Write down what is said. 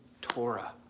Torah